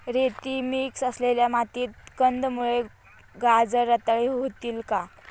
रेती मिक्स असलेल्या मातीत कंदमुळे, गाजर रताळी होतील का?